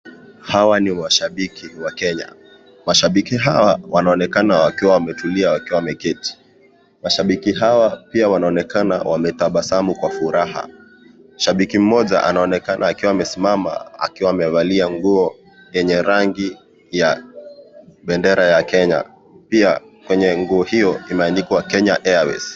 Hawa ni washabiki wa Kenya. Washabiki hawa wanaonekana wakiwa wametulia wakiwa wameketi. Washabiki hawa pia wanaoonekana wametabasamu kwa furaha. Shabiki mmoja anaonekana akiwa amesimama, akiwa amevalia nguo yenye rangi ya bendera ya Kenya. Pia kwenye nguo hiyo imeandikwa Kenya (cs) Airways (cs).